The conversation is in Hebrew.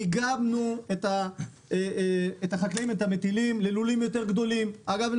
איגדנו את המטילות ללולים יותר גדולים אגב,